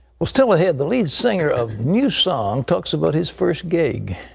well, still ahead, the lead singer of newsong, talks about his first gig.